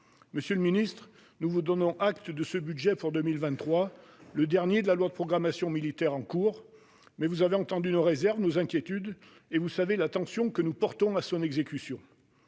Monsieur le ministre, nous vous donnons acte de ce budget pour 2023, le dernier de la LPM en cours, mais vous avez entendu nos réserves, nos inquiétudes, et vous savez l'attention que nous porterons à son exécution.